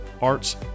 arts